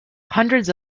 hundreds